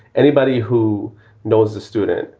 anybody who knows the student,